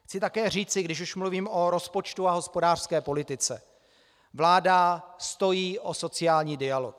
Chci také říci, když už mluvím o rozpočtu a hospodářské politice vláda stojí o sociální dialog.